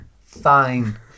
Fine